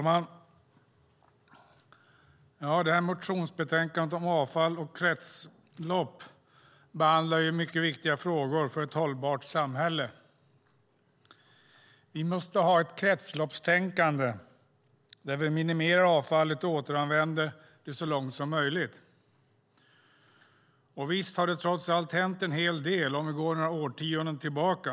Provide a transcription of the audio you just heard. Fru talman! I detta motionsbetänkande om avfall och kretslopp behandlas mycket viktiga frågor för ett hållbart samhälle. Vi måste ha ett kretsloppstänkande där vi minimerar avfallet och återanvänder det så långt som möjligt. Visst har det hänt en hel del om vi går några årtionden tillbaka.